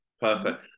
Perfect